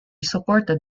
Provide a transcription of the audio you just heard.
supported